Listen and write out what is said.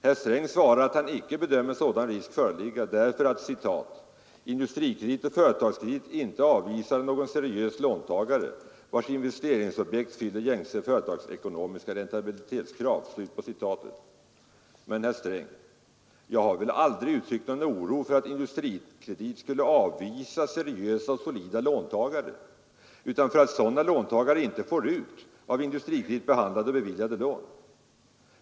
Herr Sträng svarar att han icke bedömer sådan risk föreligga, därför att ”Industrikredit och Företagskredit inte avvisar någon seriös låntagare, vars investeringsobjekt fyller gängse företagsekonomiska räntabilitetskrav”. Men, herr Sträng, jag har aldrig uttryckt någon oro för att Industrikredit skulle avvisa seriösa och solida låntagare utan för att sådana låntagare icke får ut av Industrikredit behandlade och beviljade lån.